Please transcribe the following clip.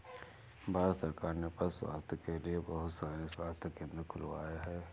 भारत सरकार ने पशु स्वास्थ्य के लिए बहुत सारे स्वास्थ्य केंद्र खुलवाए हैं